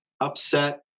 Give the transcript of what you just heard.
upset